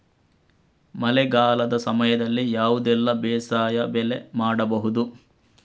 ಮಳೆಗಾಲದ ಸಮಯದಲ್ಲಿ ಯಾವುದೆಲ್ಲ ಬೇಸಾಯ ಬೆಳೆ ಮಾಡಬಹುದು?